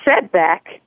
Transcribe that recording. setback